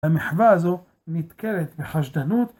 המחווה הזו נתקלת בחשדנות.